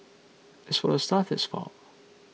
as for the stuff that's found